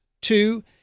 Two